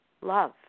love